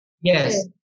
Yes